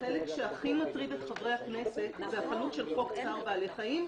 החלק שהכי מטריד את חברי הכנסת זה החלות של צער בעלי חיים,